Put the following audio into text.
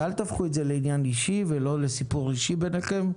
אל תהפכו את זה לעניין אישי ולא לסיפור אישי ביניכם.